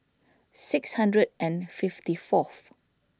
six hundred and fifty fourth